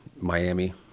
Miami